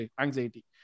anxiety